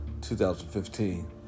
2015